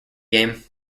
game